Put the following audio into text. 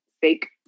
fake